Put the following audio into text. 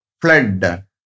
flood